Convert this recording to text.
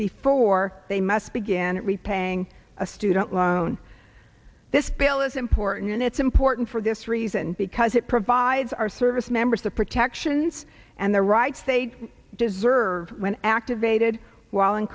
before they must begin repaying a student loan this bill is important and it's important for this reason because it provides our service members the protections and the rights they deserve when activated while in